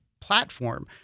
platform